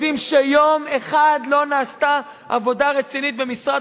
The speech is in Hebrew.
יודעים שיום אחד לא נעשתה עבודה רצינית במשרד